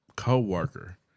co-worker